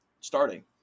starting